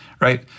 right